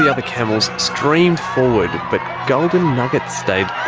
the other camels streamed forward, but golden nugget stayed